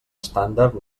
estàndard